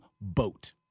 boat